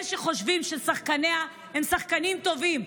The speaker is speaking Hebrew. אלה שחושבים ששחקניה הם שחקנים טובים,